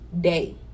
day